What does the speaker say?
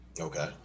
Okay